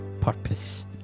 purpose